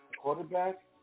quarterback